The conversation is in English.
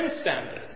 standards